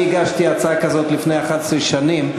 אני הגשתי הצעה כזאת לפני 11 שנים,